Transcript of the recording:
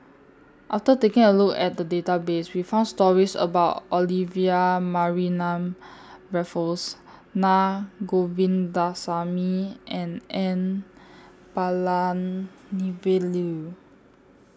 after taking A Look At The Database We found stories about Olivia Mariamne Raffles Naa Govindasamy and N Palanivelu